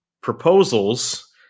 proposals